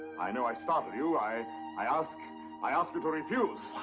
i know i startle you, i i ask i ask you to refuse!